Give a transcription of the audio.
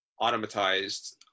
automatized